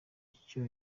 icyo